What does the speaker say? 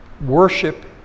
Worship